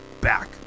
back